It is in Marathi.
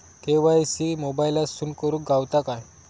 के.वाय.सी मोबाईलातसून करुक गावता काय?